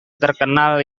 terkenal